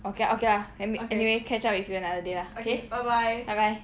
okay okay lah let me anyway catch up with you another day lah bye bye